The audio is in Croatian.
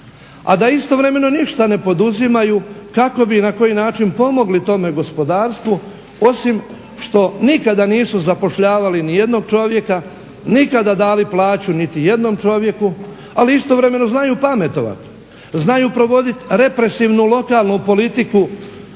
a da istovremeno ništa ne poduzimaju kako bi i na koji način pomogli tome gospodarstvu osim što nikada nisu zapošljavali nijednog čovjeka, nikada dali plaću niti jednom čovjeku. Ali istovremeno znaju pametovati, znaju provoditi represivnu lokalnu politiku